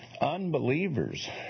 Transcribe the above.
unbelievers